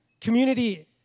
community